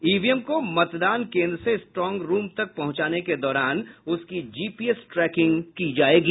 EVM को मतदान केन्द्र से स्ट्रांग रूम तक पहुंचाने के दौरान उसकी जीपीएस ट्रैकिंग की जायेगी